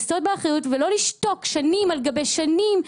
לשאת באחריות ולא לשתוק שנים על גבי שנים.